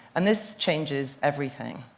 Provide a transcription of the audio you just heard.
and this changes everything.